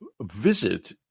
visit